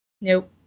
Nope